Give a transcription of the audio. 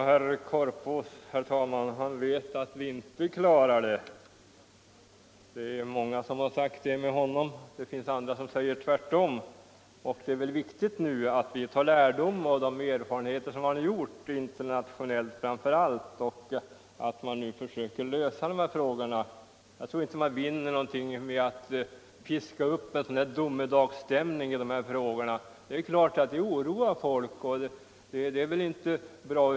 Herr talman! Herr Korpås vet atvt vi inte klarar avfallshanteringen. och andra har sagt det med honom, men det finns andra som säger tvärtom. Det är väl viktigt att vi nu drar lärdom av de erfarenheter man har gjort, framför allt internationellt, och verkligen försöker lösa de här problemen. Jag tror inte alt man vinner någonting med att piska upp en domedagsstämning. Det är klart att de här frågorna orour folk, och det är inte bra.